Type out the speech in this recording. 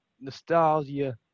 nostalgia